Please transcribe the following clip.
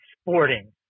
sporting